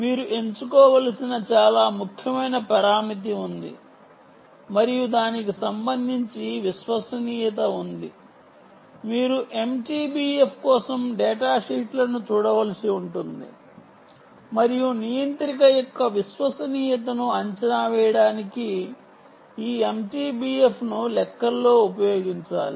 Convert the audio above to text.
మీరు ఎంచుకోవలసిన చాలా ముఖ్యమైన పరామితి ఉంది మరియు దానికి సంబంధించి విశ్వసనీయత ఉంది మీరు MTBF కోసం డేటాషీట్లను చూడవలసి ఉంటుంది మరియు నియంత్రిక యొక్క విశ్వసనీయతను అంచనా వేయడానికి ఈ MTBF ను లెక్కల్లో ఉపయోగించాలి